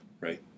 Right